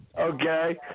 Okay